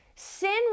Sin